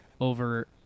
over